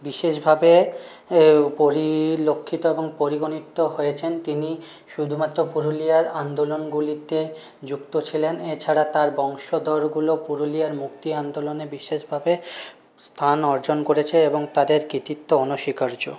বিশেষ ভাবে পরিলক্ষিত এবং পরিগণিত হয়েছেন তিনি শুধুমাত্র পুরুলিয়ার আন্দোলনগুলিতে যুক্ত ছিলেন এছাড়া তার বংশধরগুলো পুরুলিয়ার মুক্তি আন্দোলনে বিশেষভাবে স্থান অর্জন করেছে এবং তাদের কৃতিত্ব অনস্বীকার্য